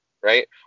right